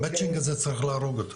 ה-Matching הזה צריך להיעלם.